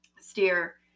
steer